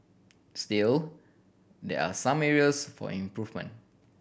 still there are some areas for improvement